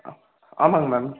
ஆ ஆமாம்ங்க மேம்